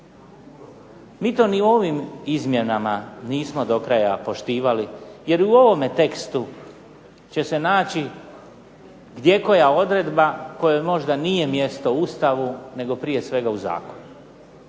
Mi to ni ovim izmjenama nismo do kraja poštivali, jer u ovome tekstu će se naći gdjekoja odredba kojoj možda nije mjesto u Ustavu, nego prije svega u zakonu.